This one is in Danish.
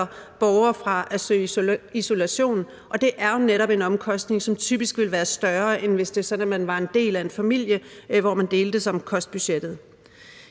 borgere fra at søge isolation, og det er jo netop en omkostning, som typisk vil være større, end hvis det var sådan, at man var en del af en familie, hvor man deltes om kostbudgettet.